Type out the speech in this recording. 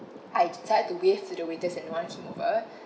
I decided to wave to the waiters and no one came over